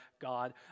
God